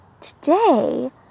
today